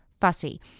fussy